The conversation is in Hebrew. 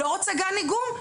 לא רוצה גן איגום,